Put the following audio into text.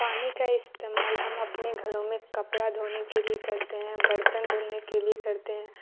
پانی کا استعمال ہم اپنے گھروں میں کپڑا دھونے کے لیے کرتے ہیں برتن دھلنے کے لیے کرتے ہیں